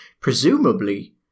presumably